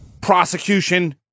prosecution